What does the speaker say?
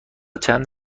چند